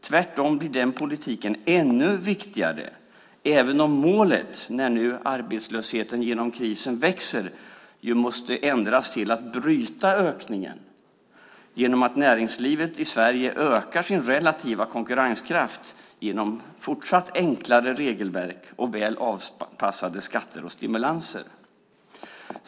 Tvärtom blir den politiken ännu viktigare även om målet nu när arbetslösheten på grund av krisen växer måste ändras till att bryta ökningen genom att näringslivet i Sverige ökar sin relativa konkurrenskraft genom fortsatt enklare regelverk och väl avpassade skatter och stimulanser.